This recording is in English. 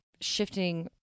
shifting